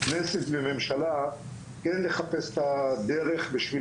וככנסת וממשלה כן לחפש את הדרך בשביל